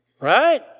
Right